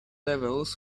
levels